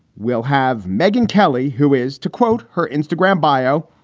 we'll have meghan kelly, who is to quote her instagram bio.